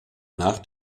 nach